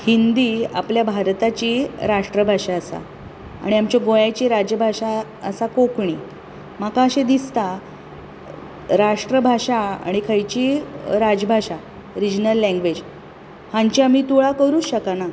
हिंदी आपल्या भारताची राष्ट्रभाशा आसा आनी आमच्या गोंयाची राज्यभाशा आसा कोंकणी म्हाका अशें दिसता राष्ट्रभाशा आनी खंयचीय राजभाशा रिजनल लँग्वेज हांची आमी तुळा करूंक शकना